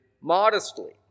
modestly